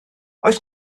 oes